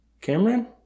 Cameron